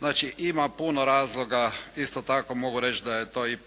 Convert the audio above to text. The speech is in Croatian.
znači ima puno razloga. Isto tako mogu reći da je to i